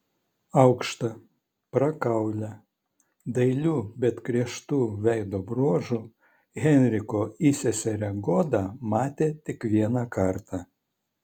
aukštą prakaulią dailių bet griežtų veido bruožų henriko įseserę goda matė tik vieną kartą